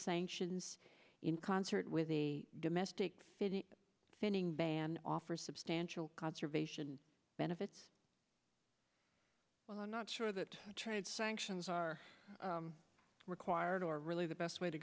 sanctions in concert with the domestic standing ban offer substantial conservation benefits well i'm not sure that trade sanctions are required or really the best way to